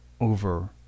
over